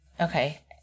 okay